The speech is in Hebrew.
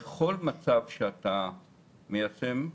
בכל מצב שאתה מיישם,